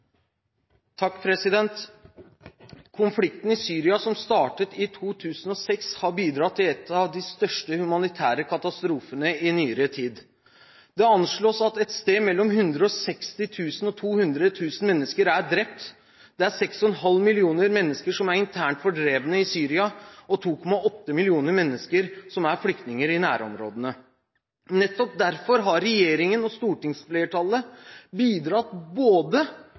Konflikten i Syria, som startet i 2006, har bidratt til en av de største humanitære katastrofene i nyere tid. Det anslås at et sted mellom 160 000 og 200 000 mennesker er drept. Det er 6,5 millioner mennesker som er internt fordrevet i Syria, og 2,8 millioner mennesker som er flyktninger i nærområdene. Nettopp derfor har regjeringen og stortingsflertallet bidratt,